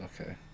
Okay